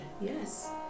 Yes